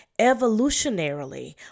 evolutionarily